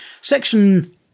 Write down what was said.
Section